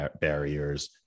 barriers